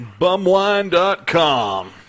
Bumwine.com